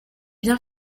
bien